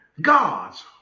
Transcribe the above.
God's